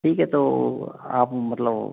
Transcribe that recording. ठीक है तो आप मतलब